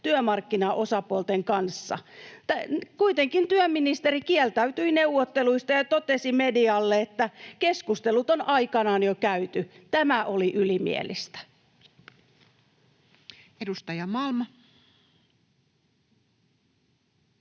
työmarkkinaosapuolten kanssa. Kuitenkin työministeri kieltäytyi neuvotteluista ja totesi medialle, että keskustelut on aikanaan jo käyty. Tämä oli ylimielistä. Edustaja Malm.